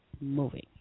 moving